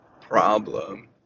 problem